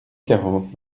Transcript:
quarante